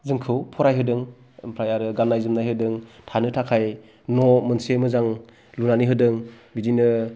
जोंखौ फरायहोदों ओमफ्राय आरो गान्नाय जोमनाय होदों थानो थाखाय न' मोनसे मोजां लुनानै होदों बिदिनो